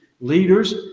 leaders